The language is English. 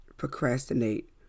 Procrastinate